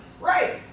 Right